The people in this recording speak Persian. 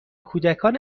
کودکان